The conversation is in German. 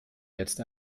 jetzt